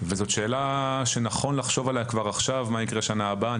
וזאת שאלה שנכון לחשוב עליה כבר עכשיו מה יקרה בשנה הבאה.